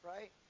Right